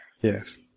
Yes